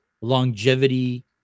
longevity